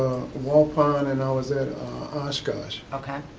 waupun and i was at oshkosh. okay.